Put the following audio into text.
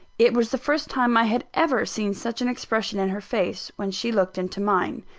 it was the first time i had ever seen such an expression in her face, when she looked into mine.